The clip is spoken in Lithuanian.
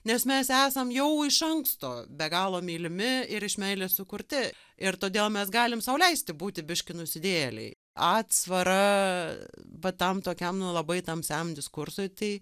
nes mes esam jau iš anksto be galo mylimi ir iš meilės sukurti ir todėl mes galim sau leisti būti biškį nusidėjėliai atsvarą va tam nu tokiam labai tamsiam diskursui tai